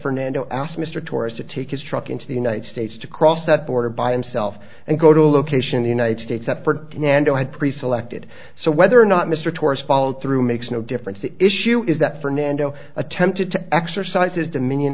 fernando asked mr torres to take his truck into the united states to cross that border by himself and go to a location in the united states that had pre selected so whether or not mr torres followthrough makes no difference the issue is that fernando attempted to exercise his dominion